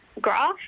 graph